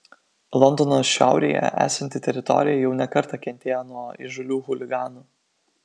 londono šiaurėje esanti teritorija jau ne kartą kentėjo nuo įžūlių chuliganų